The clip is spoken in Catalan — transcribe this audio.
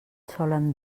solen